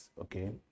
okay